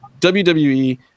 WWE